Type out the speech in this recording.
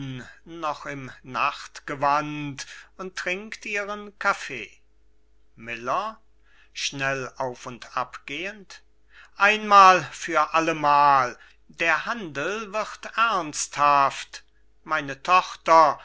noch im nachtgewand und trinkt ihren kaffee miller schnell auf und abgehend einmal für allemal der handel wird ernsthaft meine tochter